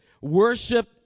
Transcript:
worship